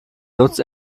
lutz